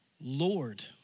Lord